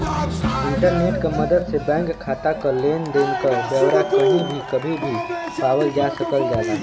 internet क मदद से बैंक खाता क लेन देन क ब्यौरा कही भी कभी भी पावल जा सकल जाला